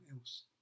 else